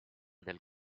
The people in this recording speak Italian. del